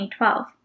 2012